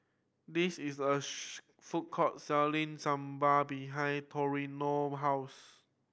this is a food court selling Sambar behind Toriano house